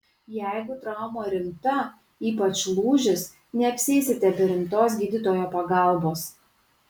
jeigu trauma rimta ypač lūžis neapsieisite be rimtos gydytojo pagalbos